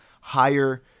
higher